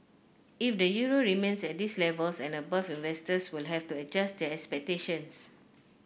if the euro remains at these levels and above investors will have to adjust their expectations